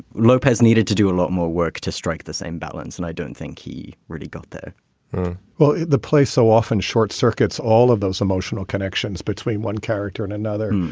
lopez needed to do a lot more work to strike the same balance. and i dont think he really got there well, the play so often short circuits all of those emotional connections between one character and another.